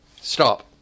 stop